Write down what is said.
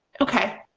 okay,